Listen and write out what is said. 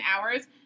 Hours